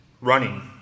running